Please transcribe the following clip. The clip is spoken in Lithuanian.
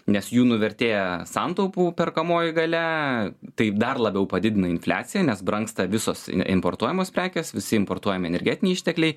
nes jų nuvertėja santaupų perkamoji galia taip dar labiau padidina infliaciją nes brangsta visos importuojamos prekės visi importuojami energetiniai ištekliai